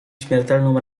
śmiertelną